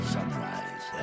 Sunrise